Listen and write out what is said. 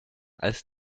als